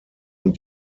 und